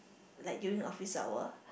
like during office hour